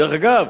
דרך אגב,